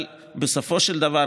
אבל בסופו של דבר,